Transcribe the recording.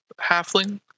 halfling